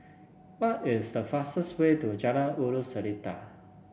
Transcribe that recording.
what is the fastest way to Jalan Ulu Seletar